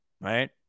right